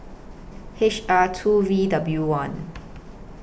H R two V W one